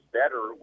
better